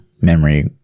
memory